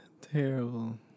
terrible